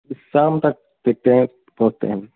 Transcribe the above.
शाम तक देखते हैं पहुँचते हैं